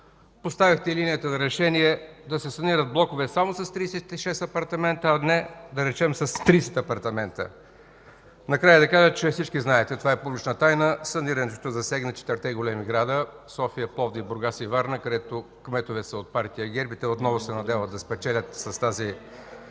поставихте линията за решение да се санират блокове само с 36 апартамента, а не, да речем, с 30 апартамента? Накрая да Ви кажа – всички знаете, това е публична тайна, санирането засяга четирите големи града София, Пловдив, Бургас и Варна, където кметовете са от партия ГЕРБ и те отново се надяват да спечелят с тази